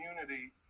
community